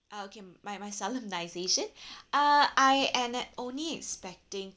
oh okay my my solemnization uh I and I only expecting